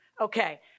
Okay